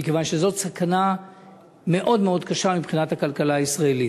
מכיוון שזאת סכנה מאוד מאוד קשה מבחינת הכלכלה הישראלית.